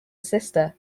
sister